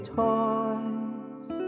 toys